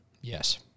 Yes